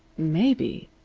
maybe.